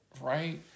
Right